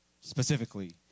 specifically